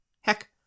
Heck